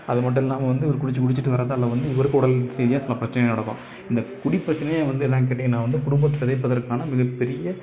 அது மட்டும் இல்லாம வந்து இவரு குடிச்சு குடிச்சிட்டு வரதால் வந்து இவருக்கும் உடல் செய்தியாக சில பிரச்சனைகள் நடக்கும் இந்த குடிப் பிரச்சனையே வந்து என்னான்னு கேட்டீங்கன்னா வந்து குடும்பம் சிதைப்பதற்கான மிகப்பெரிய